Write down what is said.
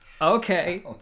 Okay